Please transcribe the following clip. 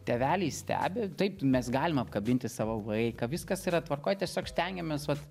tėveliai stebi taip mes galim apkabinti savo vaiką viskas yra tvarkoj tiesiog stengiamės vat